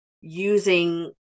using